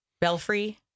belfry